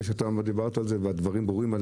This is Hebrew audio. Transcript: בגלל שאתה דיברת על זה והדברים ברורים.